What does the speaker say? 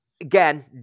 again